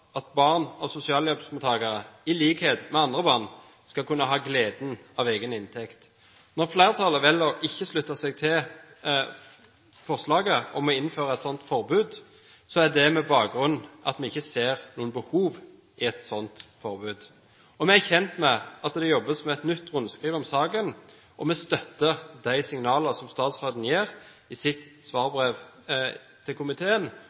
at barn av sosialhjelpsmottakere, i likhet med andre barn, skal kunne ha gleden av egen inntekt. Når flertallet velger å ikke slutte seg til forslaget om å innføre et slikt forbud, er det med bakgrunn i at vi ikke ser noe behov for et sånt forbud. Vi er kjent med at det jobbes med et nytt rundskriv om saken, og vi støtter de signalene som statsråden gir i sitt svarbrev til komiteen.